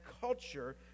culture